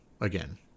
again